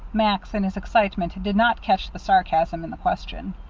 max, in his excitement, did not catch the sarcasm in the question.